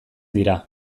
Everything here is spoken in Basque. dira